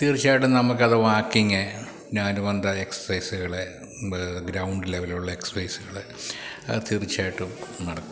തീർച്ചയായിട്ടും നമുക്കത് വാക്കിങ് പിന്നെ അനുബന്ധ എക്സസൈസുകള് ഗ്രൗണ്ട് ലെവലിലുള്ള എക്സസൈസുകള് അത് തീർച്ചയായിട്ടും നട